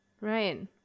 Right